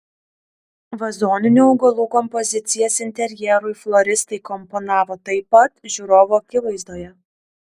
vazoninių augalų kompozicijas interjerui floristai komponavo taip pat žiūrovų akivaizdoje